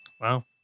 Wow